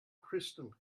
crystal